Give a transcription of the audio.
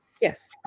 Yes